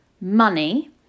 money